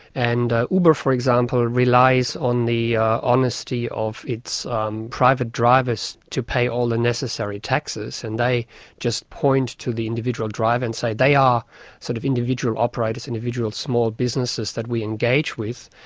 and uber, for example, relies on the honesty of its um private drivers to pay all the necessary taxes, and they just point to the individual driver and say they are sort of individual operators, individual small businesses that we engage with,